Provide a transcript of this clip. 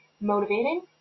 motivating